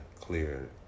clear